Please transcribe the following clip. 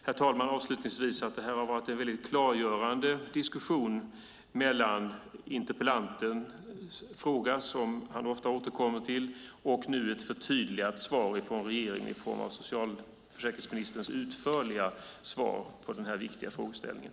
Jag tycker avslutningsvis att det har varit väldigt klargörande med interpellantens fråga, som han ofta återkommer till, och nu ett förtydligat svar från regeringen i form av socialförsäkringsministerns utförliga svar på den viktiga frågeställningen.